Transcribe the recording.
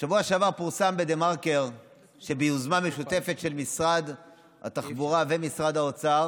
בשבוע שעבר פורסם בדה-מרקר שביוזמה משותפת של משרד התחבורה ומשרד האוצר,